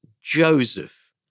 Joseph